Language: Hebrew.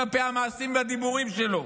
כלפי המעשים והדיבורים שלו